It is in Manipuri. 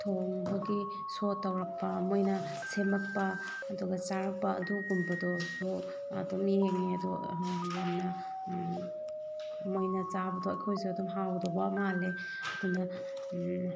ꯊꯣꯡꯕꯒꯤ ꯁꯣ ꯇꯧꯔꯛꯄ ꯃꯣꯏꯅ ꯁꯦꯝꯃꯛꯄ ꯑꯗꯨꯒ ꯆꯥꯔꯛꯄ ꯑꯗꯨꯒꯨꯝꯕꯗꯨꯁꯨ ꯑꯗꯨꯝ ꯌꯦꯡꯉꯦ ꯑꯗꯣ ꯌꯥꯝꯅ ꯃꯣꯏꯅ ꯆꯥꯕꯗꯣ ꯑꯩꯈꯣꯏꯁꯨ ꯑꯗꯨꯝ ꯍꯥꯎꯒꯗꯧꯕ ꯃꯥꯜꯂꯦ ꯑꯗꯨꯅ